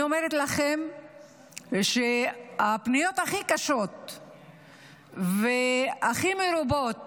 אני אומרת לכם שהפניות הכי קשות והכי מרובות